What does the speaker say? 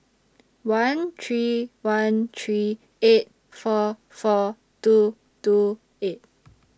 one three one three eight four four two two eight